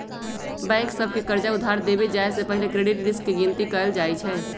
bank सभ के कर्जा उधार देबे जाय से पहिले क्रेडिट रिस्क के गिनति कएल जाइ छइ